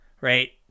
right